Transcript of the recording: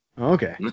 Okay